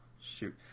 Shoot